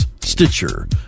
Stitcher